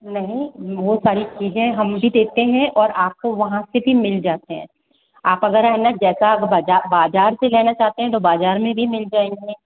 नहीं वो सारी चीज़ें हम भी देते हैं और आपको वहाँ से भी मिल जाते हैं आप अगर है न जैसा आप बाजार से लेना चाहते हैं तो बाजार में भी मिल जाएगी